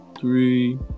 three